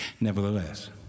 Nevertheless